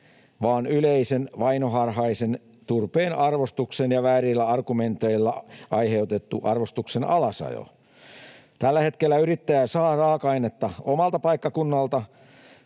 vaan yleisen vainoharhaisen ja väärillä argumenteilla aiheutetun turpeen arvostuksen alasajon vuoksi. Tällä hetkellä yrittäjä saa raaka-ainetta omalta paikkakunnalta,